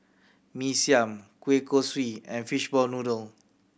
Mee Siam kueh kosui and fishball noodle